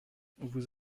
vous